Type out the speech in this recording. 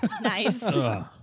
nice